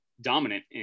dominant